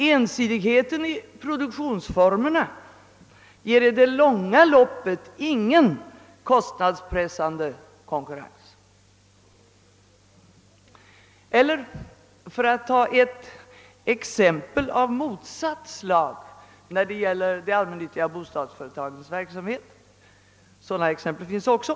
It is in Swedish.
Ensidighet i produktionsformerna ger i det långa loppet ingen kostnadspressande konkurrens. Jag kan också ta ett exempel av motsatt slag från de allmännyttiga bostadsföretagens verksamhet — sådana exempel finns också.